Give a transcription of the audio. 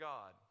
God